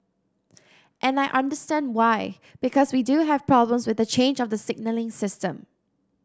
and I understand why because we do have problems with the change of the signalling system